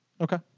okay